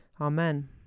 Amen